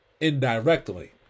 indirectly